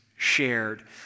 shared